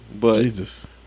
Jesus